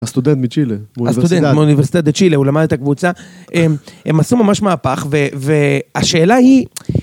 הסטודנט מצ'ילה, מאוניברסידד דה צ'ילה, הוא למד את הקבוצה, הם עשו ממש מהפך והשאלה היא...